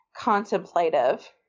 contemplative